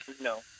No